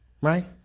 Right